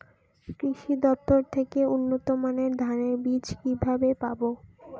কৃষি দফতর থেকে উন্নত মানের ধানের বীজ কিভাবে পাব?